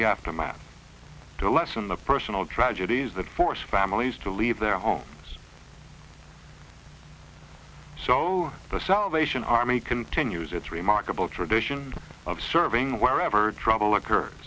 the aftermath to lessen the personal tragedies that force families to leave their homes so the salvation army continues its remarkable tradition of serving wherever trouble